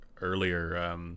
earlier